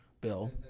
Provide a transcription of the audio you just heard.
Bill